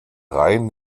rhein